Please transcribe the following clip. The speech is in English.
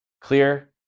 Clear